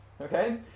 okay